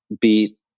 beat